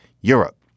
Europe